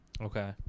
Okay